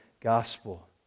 gospel